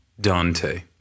Dante